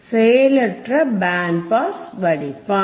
செயலற்ற band pass வடிப்பான்